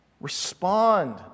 Respond